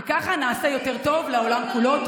וככה נעשה יותר טוב לעולם כולו.